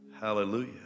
Hallelujah